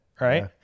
right